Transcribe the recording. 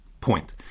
point